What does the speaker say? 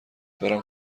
دارم